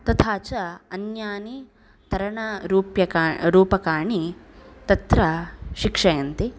तथा च अन्यानि तरणरूप्यरूपकाणि तत्र शिक्षयन्ति